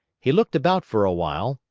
he looked about for a while,